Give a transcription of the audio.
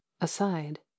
Aside